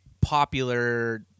popular